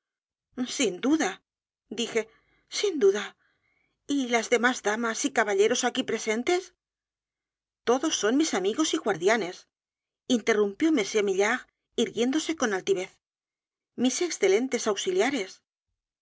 sin duda dije sin duda y las demás damas y caballeros aquí presentes todos son mis amigos y guardianes interrumpió m maillard irguiéndose con altivez mis excelentes auxiliares